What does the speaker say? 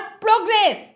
progress